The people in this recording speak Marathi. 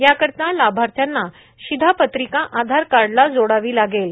याकरिता लाभाथ्यांना शिधापत्रिका आधार कार्डला जोडावी लागेल